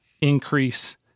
increase